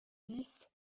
dix